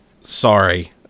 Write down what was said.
Sorry